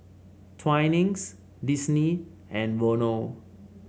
Twinings Disney and Vono